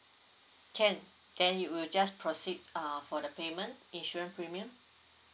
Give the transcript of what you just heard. can then you will just proceed uh for the payment insurance premium